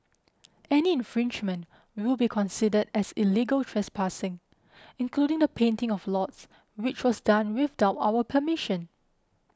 any infringement will be considered as illegal trespassing including the painting of lots which was done without our permission